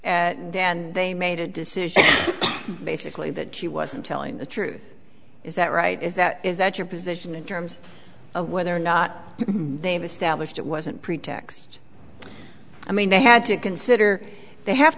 however then they made a decision basically that she wasn't telling the truth is that right is that is that your position in terms of whether or not they have established it wasn't pretext i mean they had to consider they have